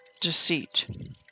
deceit